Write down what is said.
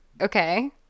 okay